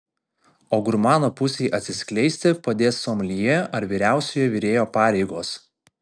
o gurmano pusei atsiskleisti padės someljė ar vyriausiojo virėjo pareigos